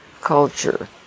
culture